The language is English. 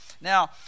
now